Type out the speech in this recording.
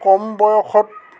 কম বয়সত